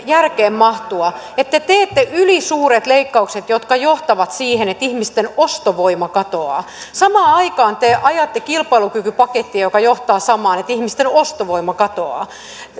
järkeen mahtua että te teette ylisuuret leikkaukset jotka johtavat siihen että ihmisten ostovoima katoaa samaan aikaan te ajatte kilpailukykypakettia joka johtaa samaan että ihmisten ostovoima katoaa